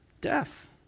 death